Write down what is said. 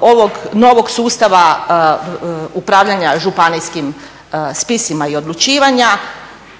ovog novog sustava upravljanja županijskim spisima i odlučivanja,